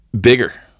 Bigger